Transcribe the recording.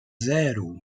zero